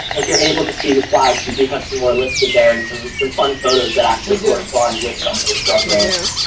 you're able to see the slides, we do have some more listed there and some some fun photos that actually correspond with some of those